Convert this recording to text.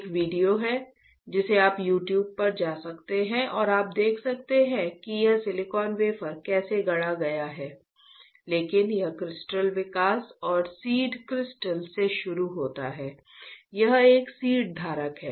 एक वीडियो है जिसे आप YouTube पर जा सकते हैं और आप देख सकते हैं कि यह सिलिकॉन वेफर कैसे गढ़ा गया है लेकिन यह क्रिस्टल विकास और सीड क्रिस्टल से शुरू होता है यह एक सीड धारक है